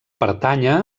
pertànyer